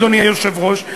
אדוני היושב-ראש,